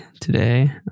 today